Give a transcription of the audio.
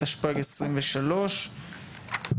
התשפ"ג-2023,